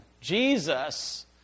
Jesus